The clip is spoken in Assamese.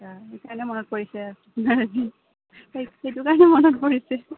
সেইকাৰণে মনত পৰিছে আপোনাৰ সেইটো কাৰণে মনত পৰিছে